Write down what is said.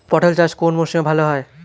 পটল চাষ কোন মরশুমে ভাল হয়?